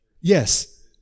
Yes